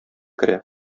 керә